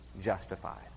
justified